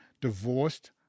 divorced